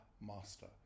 master